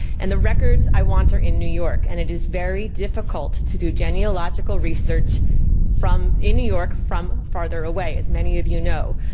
and the records i want are in new york. and it is very difficult to do genealogical research in new york from farther away, as many of you know.